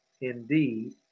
indeed